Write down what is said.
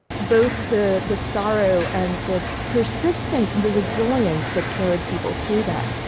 both the the sorrow and the persistence and the resilience that carried people through that